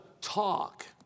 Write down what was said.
talk